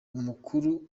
amakuru